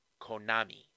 Konami